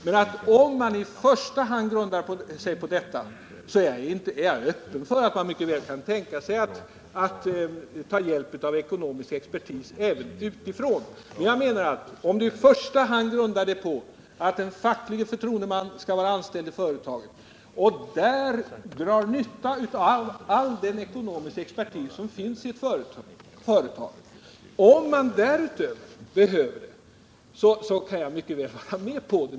Men om man i första hand grundar det fackliga arbetet på de anställda kan jag mycket väl tänka mig att man tar hjälp av ekonomisk expertis, även utifrån. Min grundidé är alltså att den fackliga förtroendemannen skall vara anställd i företaget och där dra nytta av all den ekonomiska expertis som finns i ett företag. Om man därutöver behöver det, kan man mycket väl ta hjälp utifrån.